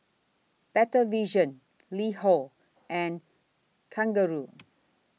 Better Vision LiHo and Kangaroo